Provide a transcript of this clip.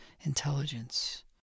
intelligence